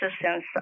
assistance